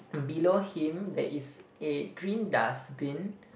below him there is a green dustbin